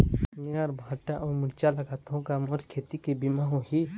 मेहर भांटा अऊ मिरचा लगाथो का मोर खेती के बीमा होही?